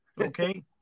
Okay